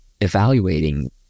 evaluating